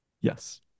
Yes